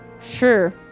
Sure